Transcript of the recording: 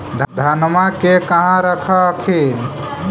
धनमा के कहा रख हखिन?